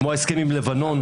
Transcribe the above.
כמו ההסכם עם לבנון.